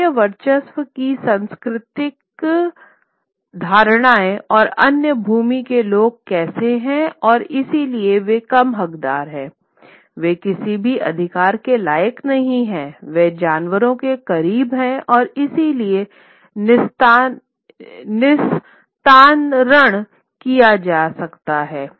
यूरोपीय वर्चस्व की सांस्कृतिक धारणाएँ और अन्य भूमि के लोग कैसे हैं और इसलिए वे कम हक़दार हैं वे किसी भी अधिकार के लायक नहीं हैं वे जानवरों के करीब है और इसलिए निस्तारण किया जा सकता है